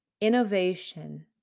Innovation